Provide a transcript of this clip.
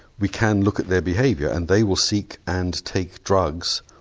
we can look at their behaviour and they will seek and take drugs,